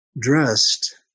dressed